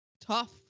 tough